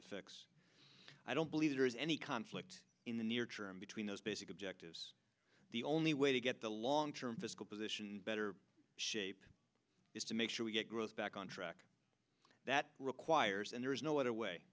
fix i don't believe there is any conflict in the near term between those basic objectives the only way to get the long term fiscal position better shape is to make sure we get growth back on track that requires and there is no other way